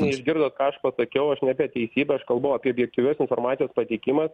neišgirdot ką aš pasakiau aš ne apie teisybę aš kalbu apie objektyvios informacijos pateikimą